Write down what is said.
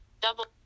Double